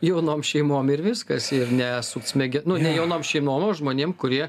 jaunom šeimom ir viskas ir nesukt smegenų ne jaunom šeimom o žmonėm kurie